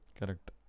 Correct